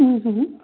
హహ